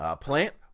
Plant